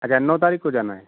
अच्छा नौ तारीख़ को जाना है